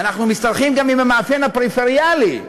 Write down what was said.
ואנחנו משתרכים גם עם המאפיין הפריפריאלי,